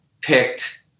picked